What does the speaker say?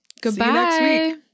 Goodbye